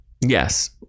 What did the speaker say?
Yes